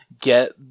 get